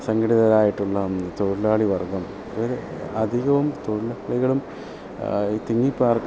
അസങ്കടിതരായിട്ടുള്ള തൊഴിലാളി വർഗ്ഗം അവർ അധികവും തൊഴിലാളികളും ഈ തിങ്ങി പാർക്കുന്ന